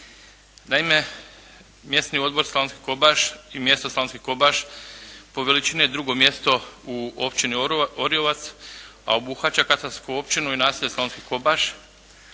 Naime, Mjesni odbor Slavonski Kobaš i mjesto Slavonski Kobaš po veličini je drugo mjesto u Općini Orijovac, a obuhvaća katastarsku općinu i naselje Slavonski Kobaš.